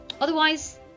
otherwise